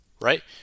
Right